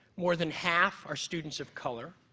more than half are students of color.